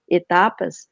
etapas